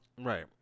Right